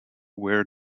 wear